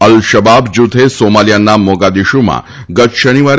અલ Shabaab જૂથે સોમાલીયાના મોગાદીશુમાં ગત શનિવારે